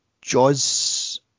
Jaws